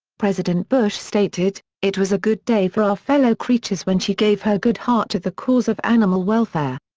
president bush stated, it was a good day for our fellow creatures when she gave her good heart to the cause of animal welfare.